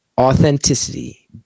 Authenticity